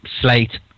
Slate